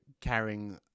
carrying